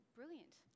brilliant